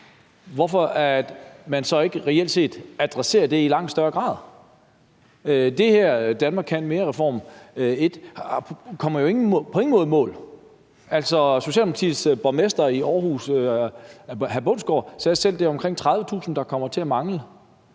at man så reelt set ikke adresserer det i langt større grad. Den her »Danmark kan mere I«-reform kommer jo på ingen måde i mål. Altså, den socialdemokratiske borgmester i Aarhus, hr. Jacob Bundsgaard, sagde selv, at det er omkring 30.000, der kommer til at mangle,